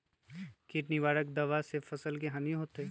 किट निवारक दावा से फसल के हानियों होतै?